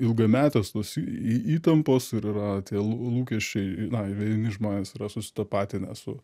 ilgametės tos įtampos ir yra tie lūkesčiai na vieni žmonės yra susitapatinę su